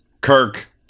Kirk